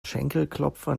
schenkelklopfer